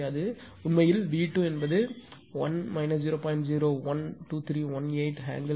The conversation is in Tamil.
எனவே அது உண்மையில் V2 1 0